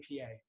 APA